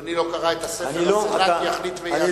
אדוני לא קרא את הספר "הסנאט ימליץ ויאשר"?